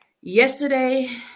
Yesterday